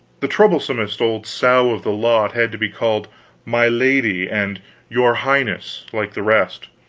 the troublesomest old sow of the lot had to be called my lady, and your highness, like the rest.